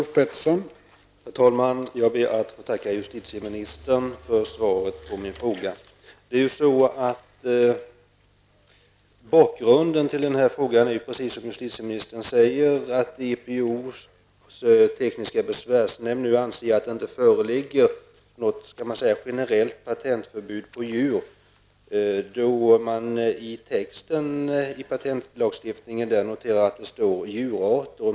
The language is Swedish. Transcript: Herr talman! Jag ber att få tacka justitieministern för svaret på min fråga. Bakgrunden är, precis som justitieministern säger, att EPOs tekniska besvärsnämnd anser att det inte föreligger något generellt förbud mot patent på djur, då det i texten i patentlagstiftningen stadgas om djurarter.